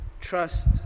trust